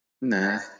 Nah